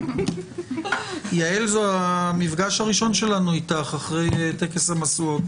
זה המפגש הראשון שלנו איתך אחרי טקס המשואות,